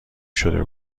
شده